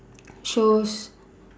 shows